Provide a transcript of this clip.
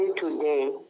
today